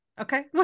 Okay